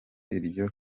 iryo